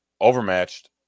overmatched